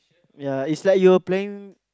ya it's like you are playing